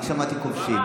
אני שמעתי "כובשים".